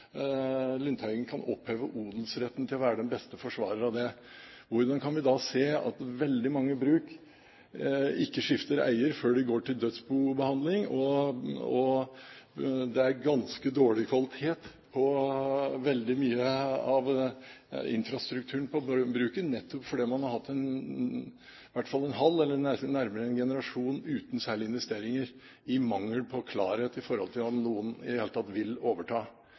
Lundteigen kan opphøye odelsretten til å være den beste forsvarer av det. Hvorfor kan vi da se at veldig mange bruk ikke skifter eier før de går til dødsbobehandling, og at det er ganske dårlig kvalitet på veldig mye av infrastrukturen på bruket? Det er nettopp fordi man har hatt i hvert fall en halv eller nærmere én generasjon uten særlige investeringer i mangel på klarhet med tanke på om noen i det hele tatt vil overta?